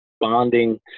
bonding